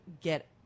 get